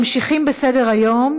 אנחנו ממשיכים בסדר-היום,